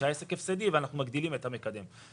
שהעסק הפסדי ואנחנו מגדילים את המקדם.